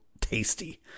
tasty